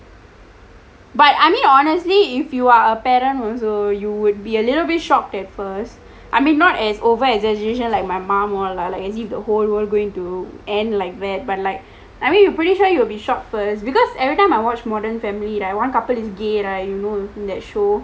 but I mean honestly if you are a parent also you would be a little bit shocked at first I mean not as over exaggeration like my mom or lah like as if the whole world going to end like that but like I mean we are pretty sure you will be shocked first because every time I watch modern family right one couple is gay right you know in that show